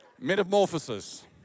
Metamorphosis